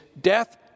death